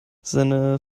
seine